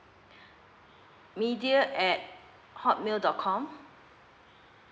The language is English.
media at hotmail dot com